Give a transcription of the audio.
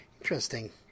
Interesting